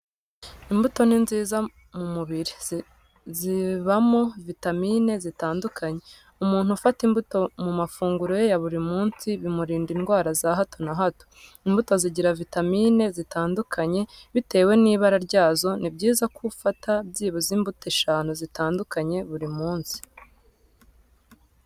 Imbuto ni nziza mu mubiri zibamo vitamine zitandukanye. Umuntu ufata imbuto mu mafunguro ye ya buri munsi bimurinda indwara za hato na hato. Imbuto zigira vitamine zitandukanye bitewe n'ibara ryazo, ni byiza ko ufata byibuze imbuto eshanu zitandukanye buri munsi.